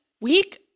Week